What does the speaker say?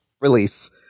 release